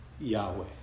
Yahweh